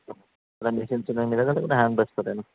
ఎవరైనా మేషన్స్